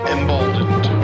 Emboldened